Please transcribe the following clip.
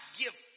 give